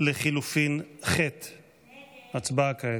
4 לחלופין ח', לסעיף 2. ההצבעה כעת.